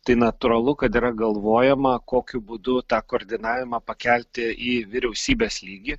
tai natūralu kad yra galvojama kokiu būdu tą koordinavimą pakelti į vyriausybės lygį